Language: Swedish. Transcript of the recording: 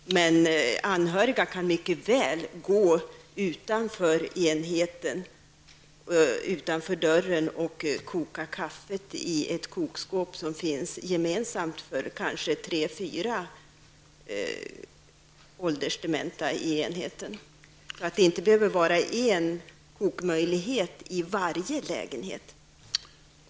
Anhöriga kan mycket väl gå utanför dörren och koka kaffet i ett kokskåp som är gemensamt för kanske tre fyra åldersdementa inom enheten. Det behöver inte vara en kokmöjlighet i varje lägenhet.